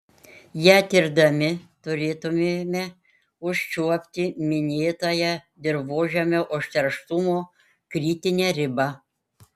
ją tirdami turėtumėme užčiuopti minėtąją dirvožemio užterštumo kritinę ribą